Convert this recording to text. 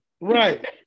Right